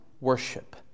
worship